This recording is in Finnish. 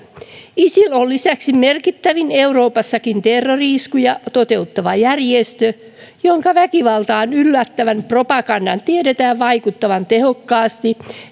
isil on lisäksi merkittävin euroopassakin terrori iskuja toteuttava järjestö jonka väkivaltaan yllyttävän propagandan tiedetään vaikuttavan tehokkaasti